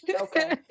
okay